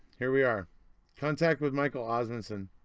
here we are contact with michael osmunson